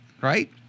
right